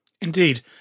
Indeed